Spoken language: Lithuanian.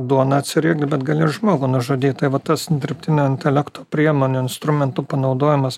duoną atsiriekt bet gali ir žmogų nužudyt tai vat tas dirbtinio intelekto priemonių instrumentų panaudojimas